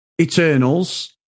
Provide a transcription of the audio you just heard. Eternals